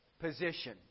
Position